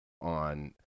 on